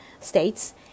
States